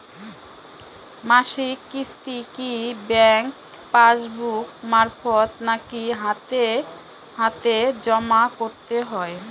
মাসিক কিস্তি কি ব্যাংক পাসবুক মারফত নাকি হাতে হাতেজম করতে হয়?